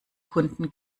kunden